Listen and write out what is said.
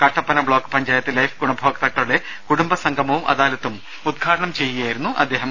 Kattappana block panchayat life ഗുണഭോക്താക്കളുടെ കുടുംബ സംഗമവും അദാലത്തും ഉദ്ഘാടനം ചെയ്യുകയായിരുന്നു അദ്ദേഹം